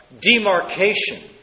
demarcation